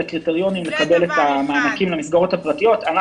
הקריטריונים של המענקים למסגרות הפרטיות.